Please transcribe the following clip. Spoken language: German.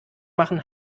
machen